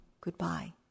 goodbye